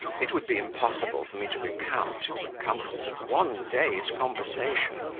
it would be impossible for me to recount, in the compass of one day's conversation,